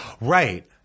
Right